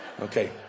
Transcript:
Okay